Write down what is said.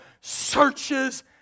searches